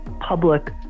public